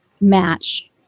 match